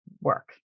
work